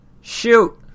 Shoot